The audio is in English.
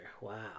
Wow